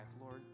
Lord